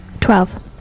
Twelve